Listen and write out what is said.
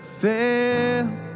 fail